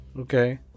Okay